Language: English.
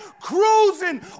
cruising